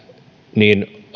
niin